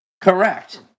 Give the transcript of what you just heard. correct